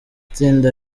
itsinda